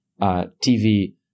TV